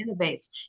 innovates